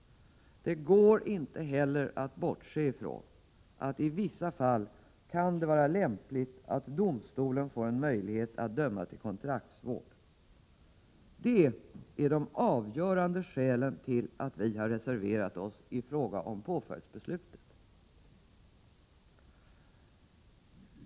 Det går inte heller att bortse från att det i vissa fall kan vara lämpligt att domstolen får möjlighet att döma till kontraktsvård. Det är de avgörande skälen till att vi har reserverat oss i fråga om påföljdsbeslutet.